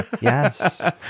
Yes